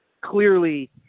Clearly